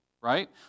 right